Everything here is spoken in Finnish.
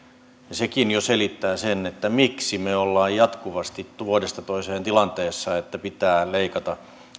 sekin jo selittää sen miksi me olemme jatkuvasti vuodesta toiseen siinä tilanteessa että pitää leikata